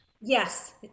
yes